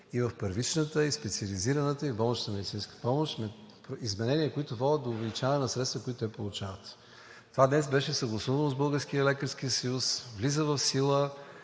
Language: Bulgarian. и в първичната, и в специализираната, и в болничната медицинска помощ – изменения, които водят до увеличаване на средствата, които те получават. Това днес беше съгласувано с Българския